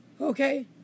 Okay